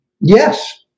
Yes